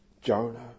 Jonah